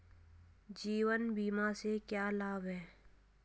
जीवन बीमा से क्या लाभ हैं?